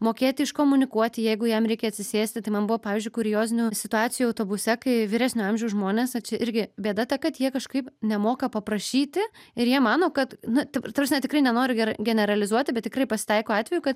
mokėti iškomunikuoti jeigu jam reikia atsisėsti tai man buvo pavyzdžiui kuriozinių situacijų autobuse kai vyresnio amžiaus žmonės a čia irgi bėda ta kad jie kažkaip nemoka paprašyti ir jie mano kad nu t ta prasme tikrai nenoriu generalizuoti bet tikrai pasitaiko atvejų ka